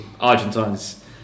Argentines